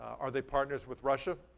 are the partners with russia?